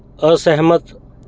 ਅਸਹਿਮਤ